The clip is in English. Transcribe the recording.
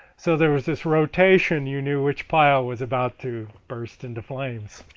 so there was this rotation, you knew which pile was about to burst into flames.